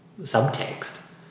subtext